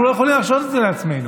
אנחנו לא יכולים להרשות את זה לעצמנו.